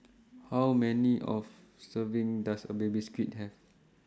How Many of Serving Does A Baby Squid Have